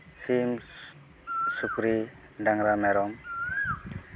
ᱥᱤᱢ ᱥᱩᱠᱨᱤ ᱰᱟᱝᱨᱟ ᱢᱮᱨᱚᱢ